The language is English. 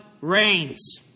reigns